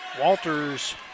Walters